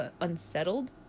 unsettled